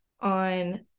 on